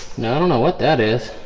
know know what that is